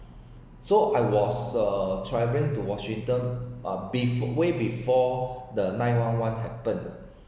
so I was uh travelling to washington uh be~ way before the nine one one happened